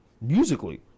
musically